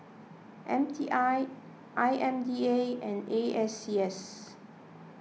M T I I M D A and A S C S